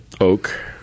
Oak